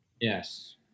Yes